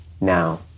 now